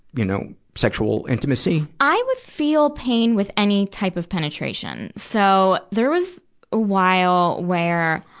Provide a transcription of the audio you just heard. you know, sexual intimacy? i would feel pain with any type of penetration. so, there was a while where,